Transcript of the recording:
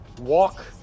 Walk